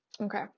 Okay